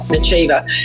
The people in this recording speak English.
achiever